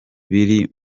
biri